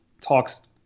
talks